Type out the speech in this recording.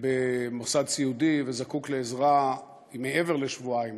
במוסד סיעודי וזקוק לעזרה מעבר לשבועיים,